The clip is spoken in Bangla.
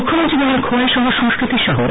মুখ্যমন্ত্রী বলেন খোয়াই শহর সংস্কৃতির শহর